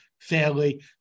fairly